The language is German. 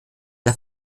der